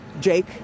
Jake